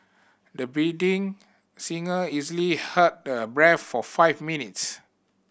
the biding singer easily held her breath for five minutes